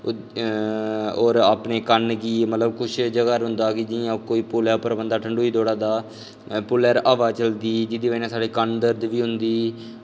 होर अपने क'न्न गी कछ जगह पर होंदा कि जि'यां कोई पुलै पर ठंडू च बंदा दौड़ा दा पुलै पर हवा चलदी जेह्दी बजह कन्नै साढ़े क'न्न दर्द बी होंदी